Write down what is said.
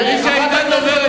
אחריות.